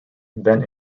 then